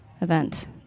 event